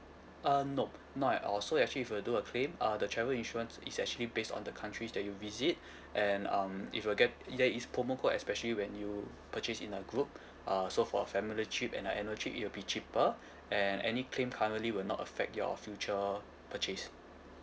uh nop not at all so actually if you do a claim uh the travel insurance is actually based on the countries that you visit and um if you get if there is promo code especially when you purchase in a group uh so for a family trip and a annual trip it will be cheaper and any claim currently will not affect your future purchase